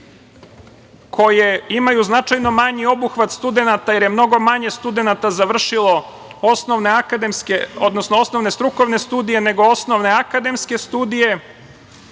koje imaju značajno manji obuhvat studenata, jer je mnogo manje studenata završilo osnovne strukovne studije, nego osnovne akademske studije,